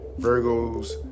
Virgos